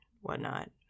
whatnot